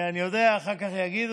אני יודע, אחר כך יגידו.